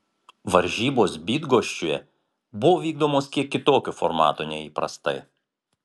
varžybos bydgoščiuje buvo vykdomos kiek kitokiu formatu nei įprastai